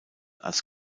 als